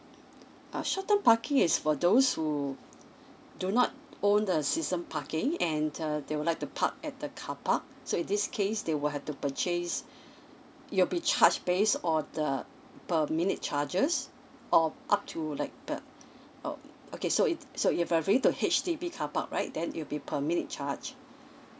uh short term parking is for those who do not own the season parking and the they would like to park at the carpark so in this case they will have to purchase it will be charge base on the per minute charges or up to like per uh okay so it so it will vary to H_D_B carpark right then it will be per minute charge